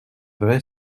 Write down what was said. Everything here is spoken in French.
vrai